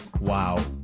Wow